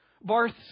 Barth